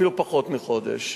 אפילו פחות מחודש,